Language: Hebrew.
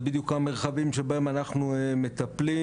זה בדיוק המרחבים שבהם אנחנו מטפלים.